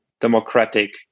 democratic